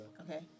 Okay